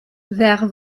vers